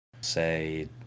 say